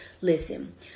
Listen